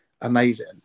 amazing